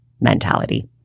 mentality